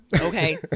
Okay